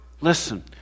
Listen